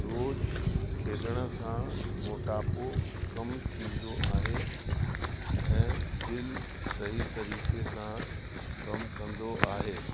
रोज खेॾण सां मोटापो कम थींदो आहे ऐं दिलि सही तरीक़े सां कम कंदो आहे